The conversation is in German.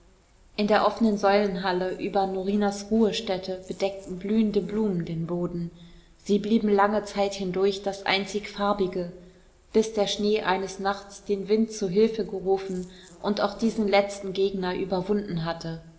in der offenen säulenhalle über norinas ruhestätte bedeckten blühende blumen den boden sie blieben lange zeit hindurch das einzig farbige bis der schnee eines nachts den wind zuhilfe gerufen und auch diesen letzten gegner überwunden hatte